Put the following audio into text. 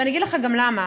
ואני אגיד לך גם למה: